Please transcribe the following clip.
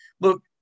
look